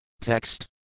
Text